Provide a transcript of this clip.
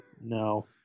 No